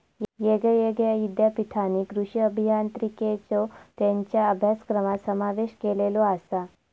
येगयेगळ्या ईद्यापीठांनी कृषी अभियांत्रिकेचो त्येंच्या अभ्यासक्रमात समावेश केलेलो आसा